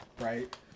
Right